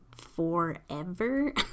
forever